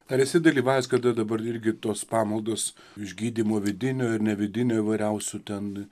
ar esi dalyvavęs kada dabar irgi tos pamaldos išgydymo vidinio ir nevidinio įvairiausių ten